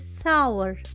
sour